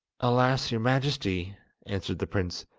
alas! your majesty answered the prince,